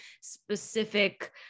specific